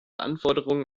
anforderungen